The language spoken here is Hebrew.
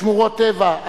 שמורות טבע,